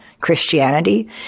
Christianity